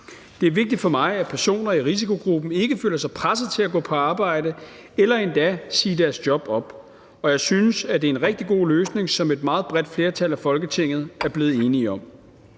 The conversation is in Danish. Det er vigtigt for mig, at personer i risikogruppen ikke føler sig presset til at gå på arbejde eller endda sige deres job op. Og jeg synes, at det er en rigtig god løsning, som et meget bredt flertal af Folketinget er blevet enige om.